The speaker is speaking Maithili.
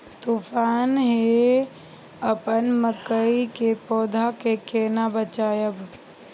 तुफान है अपन मकई के पौधा के केना बचायब?